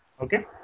Okay